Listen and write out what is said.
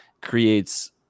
creates